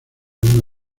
una